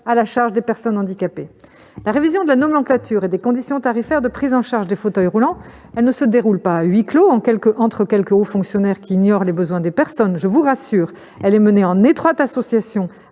le recours à de multiples financeurs. La révision de la nomenclature et des conditions tarifaires de prise en charge des fauteuils roulants ne se déroule pas à huis clos, entre quelques hauts fonctionnaires qui ignorent les besoins des personnes. Je vous rassure, elle est menée en étroite association